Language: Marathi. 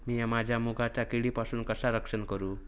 मीया माझ्या मुगाचा किडीपासून कसा रक्षण करू?